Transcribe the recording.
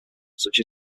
such